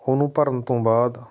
ਉਹਨੂੰ ਭਰਨ ਤੋਂ ਬਾਅਦ